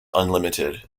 unlimited